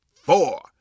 four